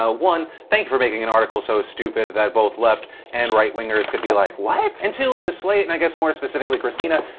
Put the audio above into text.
ah one, thanks for making an article so stupid that both left and right-wingers could be like what? and two, to slate and i guess more specifically christina,